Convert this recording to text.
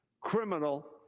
criminal